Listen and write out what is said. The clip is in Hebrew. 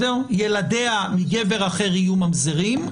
ילדיה מגבר אחר יהיו ממזרים.